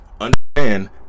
understand